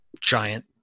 giant